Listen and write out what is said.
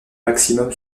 maximum